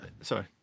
Sorry